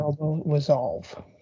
resolve